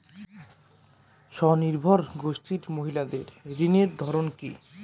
স্বনির্ভর গোষ্ঠীর মহিলাদের ঋণের ধরন কি?